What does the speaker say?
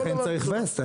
לכן צריך ווסט.